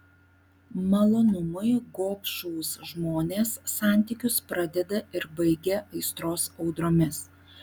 malonumui gobšūs žmonės santykius pradeda ir baigia aistros audromis